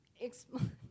explain